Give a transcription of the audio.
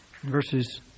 Verses